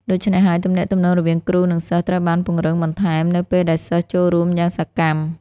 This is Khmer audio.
ដូច្នេះហើយទំនាក់ទំនងរវាងគ្រូនិងសិស្សត្រូវបានពង្រឹងបន្ថែម នៅពេលដែលសិស្សចូលរួមយ៉ាងសកម្ម។